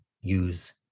use